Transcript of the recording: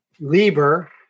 Lieber